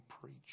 preach